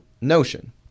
notion